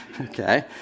Okay